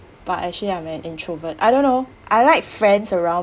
but actually I'm an introvert I don't know I like friends around